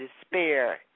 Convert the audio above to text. despair